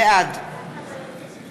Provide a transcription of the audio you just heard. בעד